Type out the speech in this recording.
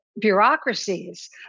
bureaucracies